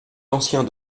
anciens